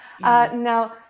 now